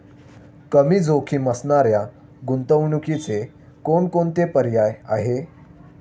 कमी जोखीम असणाऱ्या गुंतवणुकीचे कोणकोणते पर्याय आहे?